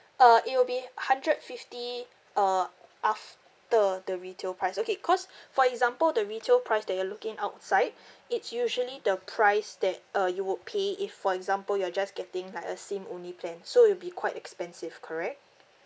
uh it will be hundred fifty uh after the retail price okay because for example the retail price that you're looking outside it's usually the price that uh you would pay if for example you are just getting like a SIM only plan so it'll be quite expensive correct